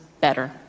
better